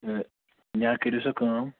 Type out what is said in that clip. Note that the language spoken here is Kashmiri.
تہٕ یا کٔرِو سا کٲم